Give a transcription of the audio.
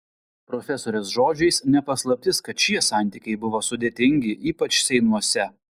profesorės žodžiais ne paslaptis kad šie santykiai buvo sudėtingi ypač seinuose